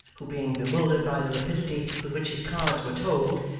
who being bewildered by the rapidity with which his cards were told,